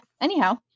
Anyhow